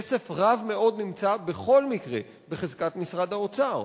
כסף רב מאוד נמצא בכל מקרה בחזקת משרד האוצר.